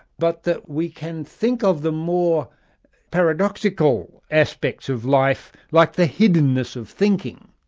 but that we can think of the more paradoxical aspects of life, like the hiddenness of thinking.